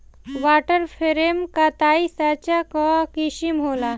water frame कताई साँचा कअ किसिम होला